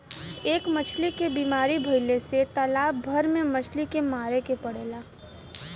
एक मछली के बीमारी भइले से तालाब भर के मछली के मारे के पड़ेला